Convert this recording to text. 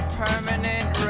permanent